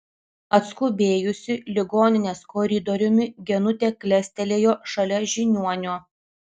atskubėjusi ligoninės koridoriumi genutė klestelėjo šalia žiniuonio